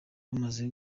bamaze